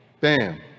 Bam